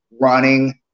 running